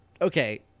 Okay